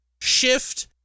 Shift